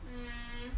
mm